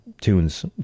tunes